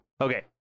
Okay